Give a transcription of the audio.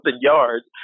yards